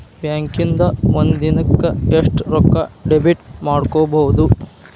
ಬ್ಯಾಂಕಿಂದಾ ಒಂದಿನಕ್ಕ ಎಷ್ಟ್ ರೊಕ್ಕಾ ಡೆಬಿಟ್ ಮಾಡ್ಕೊಬಹುದು?